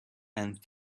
and